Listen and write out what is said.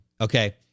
Okay